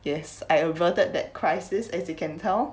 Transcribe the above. yes I averted that crisis as you can tell